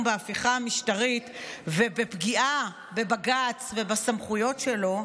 בהפיכה המשטרית ובפגיעה בבג"ץ ובסמכויות שלו,